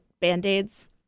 Band-Aids